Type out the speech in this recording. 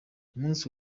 umunsi